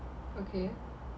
okay